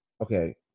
okay